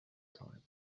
time